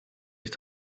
ist